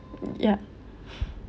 yup